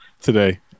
today